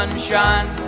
sunshine